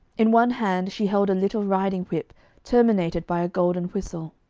in one hand she held a little riding-whip terminated by a golden whistle.